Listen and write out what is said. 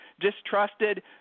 distrusted